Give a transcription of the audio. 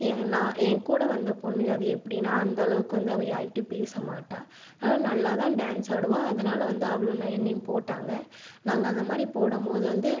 எ நான் என்கூட வந்த பொண்ணு அது எப்படின்னா அந்த அளவுக்கு வந்து அவ யார்கிட்டேயும் பேச மாட்டாள் ஆனால் நல்லாதான் டான்ஸ் ஆடுவாள் அதனால் வந்து அவளும் நான் என்னையும் போட்டாங்க நாங்க அந்தமாதிரி போடும் போது வந்து